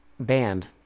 Band